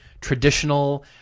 traditional